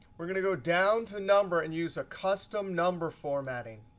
we're going to go down to number and use a custom number formatting.